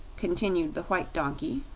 continued the white donkey,